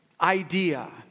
idea